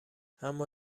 اما